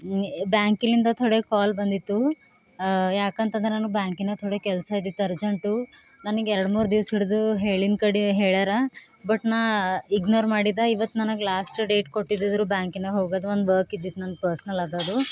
ಬ್ಯಾಂಕಿಲ್ಲಿಂದ ಥೋಡೆ ಕಾಲ್ ಬಂದಿತ್ತು ಯಾಕಂತಂದ್ರೆ ನನಗೆ ಬ್ಯಾಂಕಿನಾಗ ಥೋಡೆ ಕೆಲಸ ಇದ್ದಿತ್ತು ಅರ್ಜೆಂಟು ನನಿಗೆ ಎರಡು ಮೂರು ದಿವ್ಸ ಹಿಡಿದು ಹೇಳಿನ ಕಡೆ ಹೇಳ್ಯಾರ ಬಟ್ ನಾನು ಇಗ್ನೋರ್ ಮಾಡಿದೆ ಇವತ್ತು ನನಗೆ ಲಾಸ್ಟ ಡೇಟ್ ಕೊಟ್ಟಿದ್ರು ಬ್ಯಾಂಕಿನಾಗ ಹೋಗೋದು ಒಂದು ವಕ್ ಇದ್ದಿತ್ತು ನಂಗೆ ಪರ್ಸನಲ್ ಆದದ್ದು